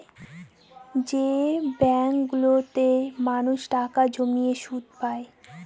যে ব্যাঙ্কগুলোতে মানুষ টাকা জমিয়ে সুদ পায়